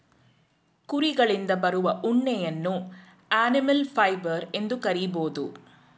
ಕುರಿಗಳಿಂದ ಬರುವ ಉಣ್ಣೆಯನ್ನು ಅನಿಮಲ್ ಫೈಬರ್ ಎಂದು ಕರಿಬೋದು